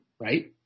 right